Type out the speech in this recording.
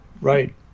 right